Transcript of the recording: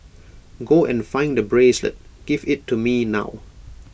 go and find the bracelet give IT to me now